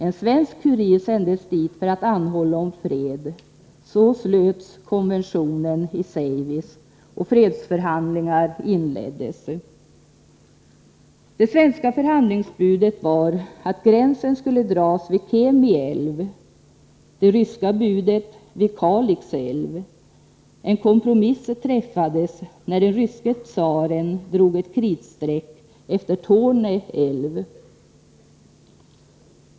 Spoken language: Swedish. En svensk kurir sändes dit för att anhålla om fred. Så slöts konventionen i Säivis, och fredsförhandlingar inleddes. Det svenska förhandlingsbudet var att gränsen skulle dras vid Kemi älv, det ryska budet gällde Kalix älv. En kompromiss träffades när den ryske tsaren drog ett kritstreck efter Torne älv.